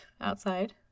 outside